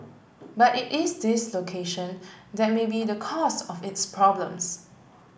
but it is this location that may be the cause of its problems